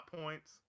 points